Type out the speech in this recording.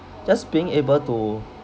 just being able to